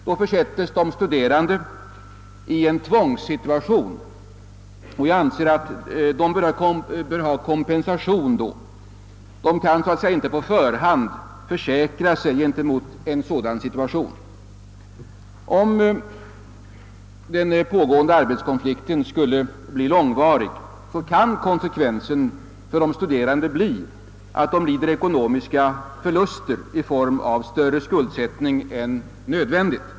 Då försätts de studerande i en tvångssituation, och jag anser att de bör ha kompensation under den tid som konflikten varar. De kan ju inte på förhand försäkra sig mot en sådan situation. Om den pågående arbetskonflikten skulle bli långvarig, kan konsekvensen för de studerande bli att de lider ekonomiska förluster i form av större skuldsättning än nödvändigt.